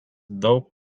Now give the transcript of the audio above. daug